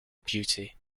beauty